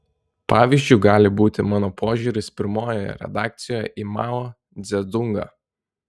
pavyzdžiu gali būti mano požiūris pirmojoje redakcijoje į mao dzedungą